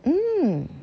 mm